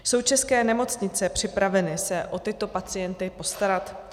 Jsou české nemocnice připraveny se o tyto pacienty postarat?